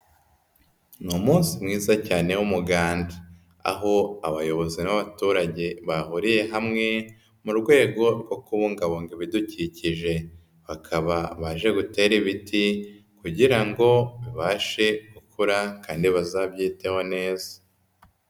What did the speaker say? Ni umunsi mwiza cyane w'umuganda aho abayobozi n'abaturage bahuriye hamwe mu rwego rwo kubungabunga ibidukikije, bakaba baje gutera ibiti kugira ngo bibashe gukura kandi bazabyiteho neza.